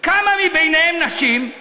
כמה מביניהם נשים?